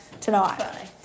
tonight